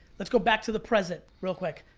let's go back to the present, real quick.